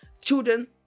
children